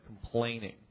complaining